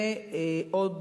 ועוד,